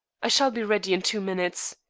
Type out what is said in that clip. i shall be ready in two minutes.